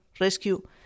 rescue